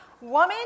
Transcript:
woman